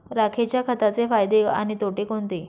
राखेच्या खताचे फायदे आणि तोटे कोणते?